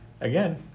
again